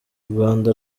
rwanda